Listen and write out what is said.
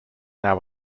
now